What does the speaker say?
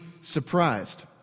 surprised